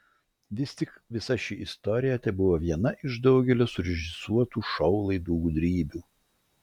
vis tik visa ši istorija tebuvo viena iš daugelio surežisuotų šou laidų gudrybių